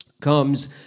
comes